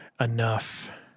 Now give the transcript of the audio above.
enough